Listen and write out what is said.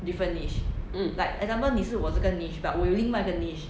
mm